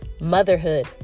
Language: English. motherhood